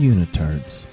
Unitards